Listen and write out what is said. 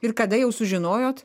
ir kada jau sužinojot